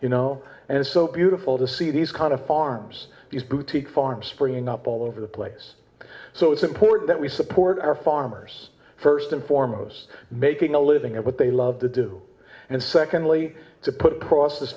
and it's so beautiful to see these kind of farms these boutique farms springing up all over the place so it's important that we support our farmers first and foremost making a living at what they love to do and secondly to put across